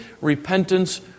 repentance